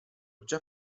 già